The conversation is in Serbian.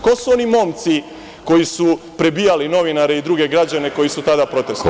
Ko su oni momci koji su prebijali novinare i druge građane koji su tada protestvovali?